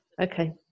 okay